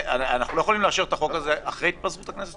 אנחנו לא יכולים לאשר את החוק הזה אחרי התפזרות הכנסת?